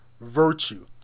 virtue